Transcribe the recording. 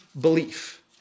belief